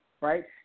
right